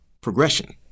progression